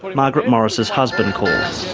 margaret morris's husband calls.